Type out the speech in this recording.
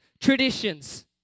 traditions